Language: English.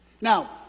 Now